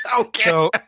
Okay